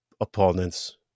opponents